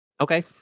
Okay